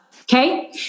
Okay